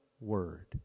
word